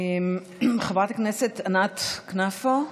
חברת הכנסת ענת כנפו,